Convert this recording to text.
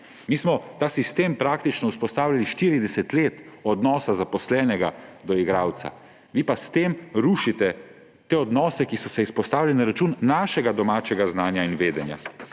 Mi smo ta sistem praktično vzpostavljali 40 let – odnosa zaposlenega do igralca. Vi pa s tem rušite te odnose, ki so se vzpostavili na račun našega domačega znanja in vedenja,